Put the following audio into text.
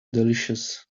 delicious